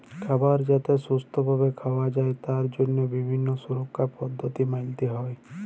খাবার যাতে সুস্থ ভাবে খাওয়া যায় তার জন্হে বিভিল্য সুরক্ষার পদ্ধতি মালতে হ্যয়